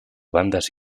bandas